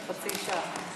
חצי שעה.